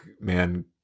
man